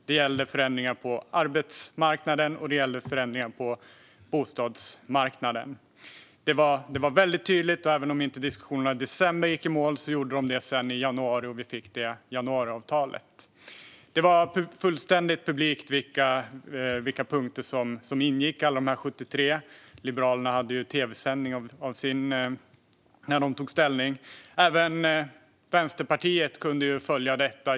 Det gällde förändringar på arbetsmarknaden såväl som på bostadsmarknaden. Det var väldigt tydligt, och även om inte diskussionerna i december gick i mål så gjorde de det i januari då vi fick januariavtalet. Alla de 73 punkterna som ingick var fullständigt publika, och Liberalerna hade ju tv-sändning av när de tog ställning. Även Vänsterpartiet kunde följa detta.